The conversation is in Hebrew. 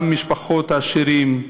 גם משפחות עשירים,